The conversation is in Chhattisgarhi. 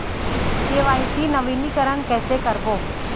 के.वाई.सी नवीनीकरण कैसे करबो?